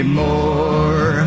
more